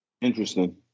Interesting